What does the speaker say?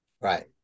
Right